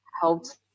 helped